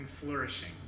Flourishing